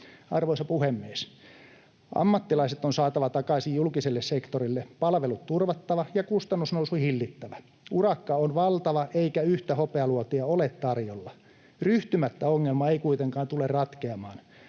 Arvoisa puhemies! Ammattilaiset on saatava takaisin julkiselle sektorille, palvelut turvattava ja kustannusnousu hillittävä. Urakka on valtava, eikä yhtä hopealuotia ole tarjolla. Ryhtymättä ongelma ei kuitenkaan tule ratkeamaan.